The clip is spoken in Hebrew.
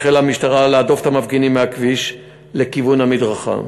החלה המשטרה להדוף את המפגינים מהכביש לכיוון המדרכה.